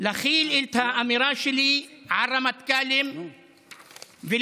להחיל את האמירה שלי על רמטכ"לים ולשאול: